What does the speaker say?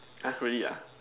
have already ah